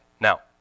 Now